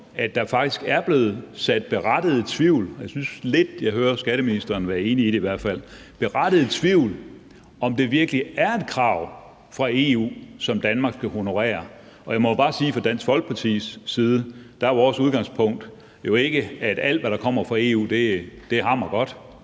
være enig i det i hvert fald – om det virkelig er et krav fra EU, som Danmark skal honorere? Jeg må bare sige, at fra Dansk Folkepartis side er vores udgangspunkt jo ikke, at alt, hvad der kommer fra EU, er hammergodt.